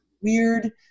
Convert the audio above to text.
weird